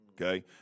Okay